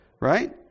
Right